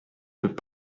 peut